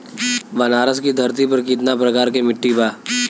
बनारस की धरती पर कितना प्रकार के मिट्टी बा?